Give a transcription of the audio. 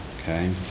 okay